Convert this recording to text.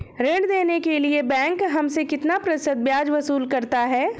ऋण देने के लिए बैंक हमसे कितना प्रतिशत ब्याज वसूल करता है?